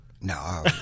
No